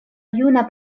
juna